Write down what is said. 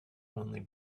only